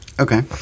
Okay